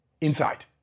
inside